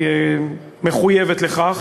היא מחויבת לכך,